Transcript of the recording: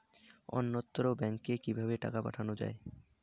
অন্যত্র ব্যংকে কিভাবে টাকা পাঠানো য়ায়?